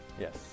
Yes